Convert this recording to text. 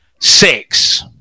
six